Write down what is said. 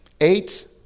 eight